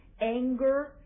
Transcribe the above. anger